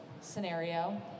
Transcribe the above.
scenario